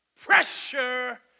Pressure